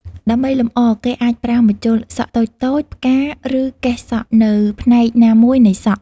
ដើម្បីលម្អ គេអាចប្រើម្ជុលសក់តូចៗ ផ្កា ឬកេសសក់នៅផ្នែកណាមួយនៃសក់។